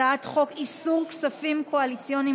הצעת חוק איסור כספים קואליציוניים,